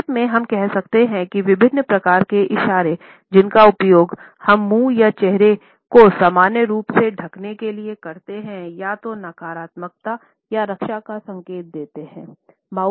संक्षेप में हम कह सकते हैं कि विभिन्न प्रकार के इशारे जिनका उपयोग हम मुंह या चेहरे को सामान्य रूप से ढंकने के लिए करते हैं या तो नकारात्मकता या रक्षा का संकेत देते हैं